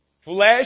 Flesh